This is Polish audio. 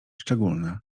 szczególne